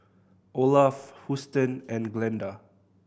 Olaf Houston and Glenda